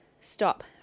stop